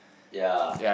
ya